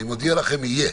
אני מודיע לכם: יהיה.